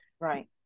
Right